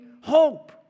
hope